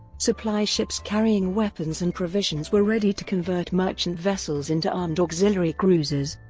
supply ships carrying weapons and provisions were ready to convert merchant vessels into armed auxiliary cruisers.